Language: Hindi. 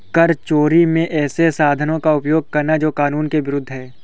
कर चोरी में ऐसे साधनों का उपयोग करना जो कानून के विरूद्ध है